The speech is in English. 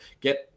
Get